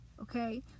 Okay